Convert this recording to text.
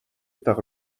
par